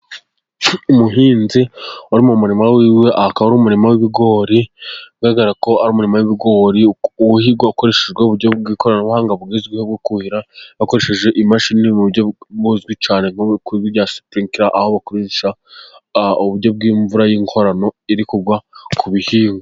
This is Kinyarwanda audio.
Umuhinzi uri mu murima w'iwe akaba ari umurima w'ibigori ugaragara ko ari umurima w'ibigori, wuhirwa hakoreshejwe uburyo bw'ikoranabuhanga bugezweho, bwo kuhira bakoresheje imashini, bakoresha uburyo bw'imvura y'inkorano iri kugwa ku bihingwa.